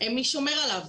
מי שומר עליו?